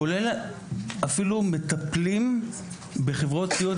אפילו מטפלים בחברות סיעוד.